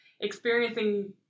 experiencing